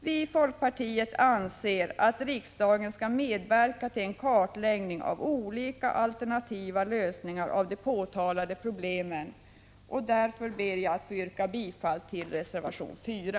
Vi i folkpartiet anser att riksdagen skall medverka till en kartläggning av olika alternativa lösningar på de påtalade problemen, och därför ber jag att få yrka bifall till reservation 4.